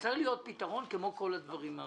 שצריך להיות פתרון כמו כל הדברים האחרים.